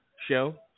show